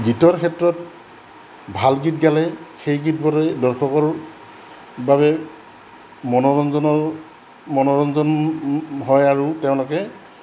গীতৰ ক্ষেত্ৰত ভাল গীত গালে সেই গীতবোৰে দৰ্শকৰ বাবে মনোৰঞ্জনৰ মনোৰঞ্জন হয় আৰু তেওঁলোকে